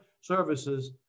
services